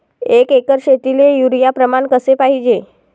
एक एकर शेतीले युरिया प्रमान कसे पाहिजे?